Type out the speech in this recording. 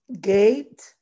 Gate